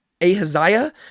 Ahaziah